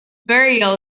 burial